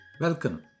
Welcome